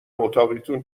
اتاقیتون